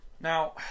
Now